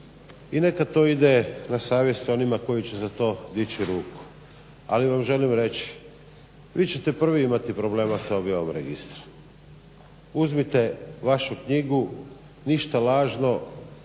i neka to ide na savjest onima koji će za to dić' ruku. Ali vam želim reći vi ćete prvi imati problema sa objavom registra. Uzmite vašu knjigu "Ništa lažno"